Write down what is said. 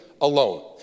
Alone